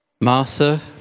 Martha